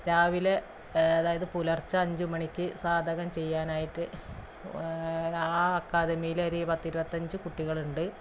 രാവിലെ അതായത് പുലര്ച്ച അഞ്ച് മണിക്ക് സാധകം ചെയ്യാനായിട്ട് ആ അക്കാദമിയിൽ ഒരു പത്ത് ഇരുപത്തഞ്ച് കുട്ടികളുണ്ട്